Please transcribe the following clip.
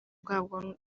bwabwo